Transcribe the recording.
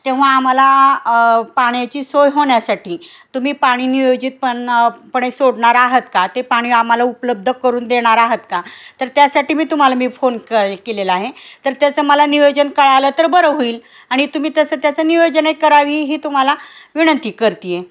तेव्हा आम्हाला पाण्याची सोय होण्यासाठी तुम्ही पाणी नियोजित पण पणे सोडणार आहात का ते पाणी आम्हाला उपलब्ध करून देणार आहात का तर त्यासाठी मी तुम्हाला मी फोन क केलेला आहे तर त्याचं मला नियोजन कळलं तर बरं होईल आणि तुम्ही तसं त्याचं नियोजने करावी ही तुम्हाला विनंती करते आहे